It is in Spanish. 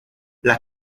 las